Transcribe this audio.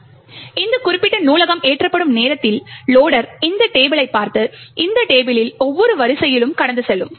எனவே இந்த குறிப்பிட்ட நூலகம் ஏற்றப்படும் நேரத்தில் லொடர் இந்த டேபிளைப் பார்த்து இந்த டேபிளில் ஒவ்வொரு வரிசையிலும் கடந்து செல்லும்